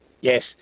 Yes